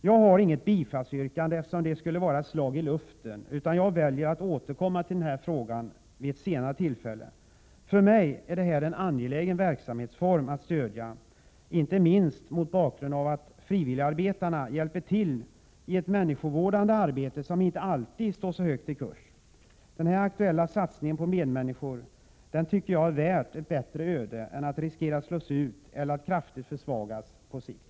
Jag har inget bifallsyrkande, eftersom det skulle vara ett slag i luften, utan jag väljer att återkomma till frågan vid ett senare tillfälle. För mig är det en angelägen verksamhetsform att stödja, inte minst mot bakgrund av att frivilligarbetarna hjälper till i ett människovårdande arbete, som inte alltid står så högt i kurs. Den aktuella satsningen på våra medmänniskor är värd ett bättre öde än att riskera att slås ut eller kraftigt försvagas på sikt.